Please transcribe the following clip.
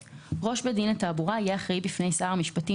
(ב)ראש בית דין לתעבורה יהיה אחראי בפני שר המשפטים